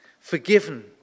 forgiven